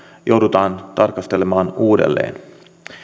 joudutaan tarkastelemaan uudelleen